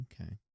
Okay